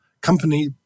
company